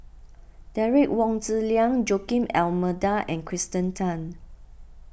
Derek Wong Zi Liang Joaquim D'Almeida and Kirsten Tan